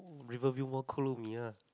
Riverview Mall Kolo-Mee ah